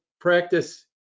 practice